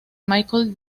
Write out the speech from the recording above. michael